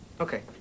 Okay